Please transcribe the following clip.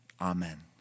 Amen